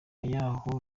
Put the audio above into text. y’aho